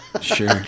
Sure